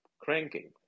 cranking